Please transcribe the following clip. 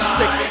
Stick